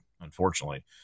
unfortunately